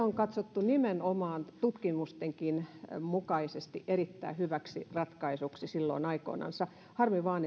on katsottu nimenomaan tutkimustenkin mukaisesti erittäin hyväksi ratkaisuksi silloin aikoinansa harmi vain